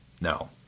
no